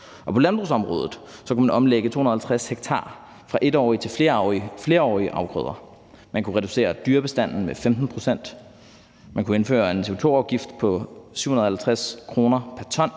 På landbrugsområdet kunne man omlægge 250 ha fra etårige til flerårige afgrøder. Man kunne reducere dyrebestanden med 15 pct. Man kunne indføre en CO2-afgift på 750 kr. pr.